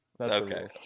Okay